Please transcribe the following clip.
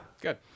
Good